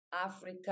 Africa